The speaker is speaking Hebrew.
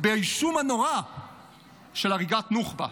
באישום הנורא של הריגת נוח'בה.